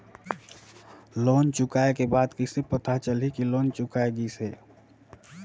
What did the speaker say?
Loan चुकाय के बाद कइसे पता चलही कि लोन चुकाय गिस है?